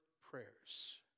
prayers